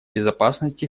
безопасности